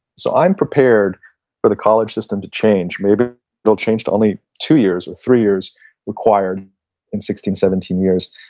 so i'm prepared for the collage system to change, maybe they will change to only two years or three years required in sixteen, seventeen years.